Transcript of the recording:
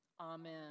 Amen